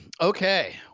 Okay